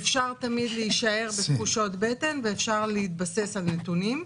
אפשר תמיד להישאר בתחושות בטן ואפשר להתבסס על נתונים.